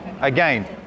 Again